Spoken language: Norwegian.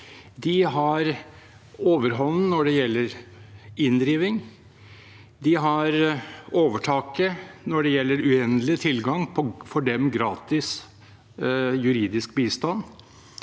Den har overhånden når det gjelder inndriving, den har overtaket når det gjelder uendelig tilgang på, for dem, gratis juridisk bistand,